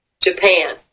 Japan